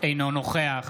אינו נוכח